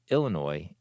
Illinois